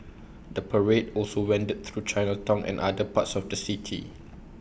the parade also wended through Chinatown and other parts of the city